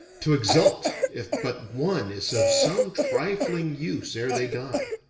to exult if but one is of some trifling use ere they die.